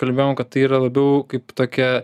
kalbėjom kad tai yra labiau kaip tokia